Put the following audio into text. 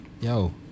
yo